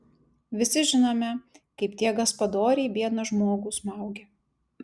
visi žinome kaip tie gaspadoriai biedną žmogų smaugė